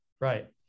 Right